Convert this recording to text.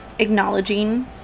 acknowledging